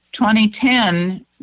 2010